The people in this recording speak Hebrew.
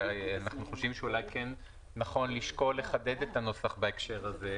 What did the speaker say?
אנחנו חושבים שאולי כן נכון לשקול לחדד את הנוסח בהקשר הזה,